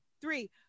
three